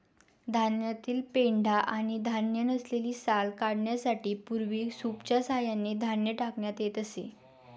धान्यातील पेंढा आणि धान्य नसलेली साल काढण्यासाठी पूर्वी सूपच्या सहाय्याने धान्य टाकण्यात येत असे